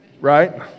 Right